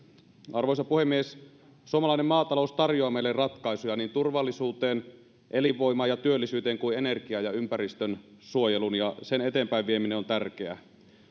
arvoisa puhemies suomalainen maatalous tarjoaa meille ratkaisuja niin turvallisuuteen elinvoimaan ja työllisyyteen kuin energiaan ja ympäristönsuojeluun ja sen eteenpäinvieminen on tärkeää